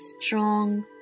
strong